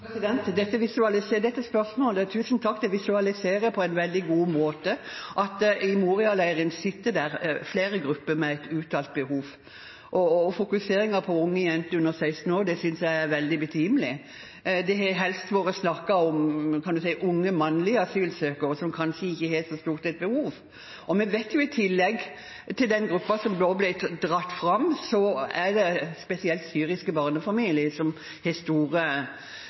dette spørsmålet visualiserer på en veldig god måte at i Moria-leieren sitter flere grupper med et uttalt behov. Å fokusere på unge jenter under 16 år synes jeg er veldig betimelig. Det har helst vært snakket om unge mannlige asylsøkere som kanskje ikke har et så stort behov. Vi vet at i tillegg til den gruppen som ble dratt fram nå, er det spesielt syriske barnefamilier som har store